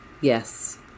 yes